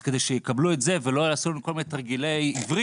אז כדי שיקבלו את זה ולא יעשו לנו כל מיני תרגילי עברית,